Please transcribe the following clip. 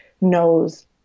knows